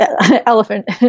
elephant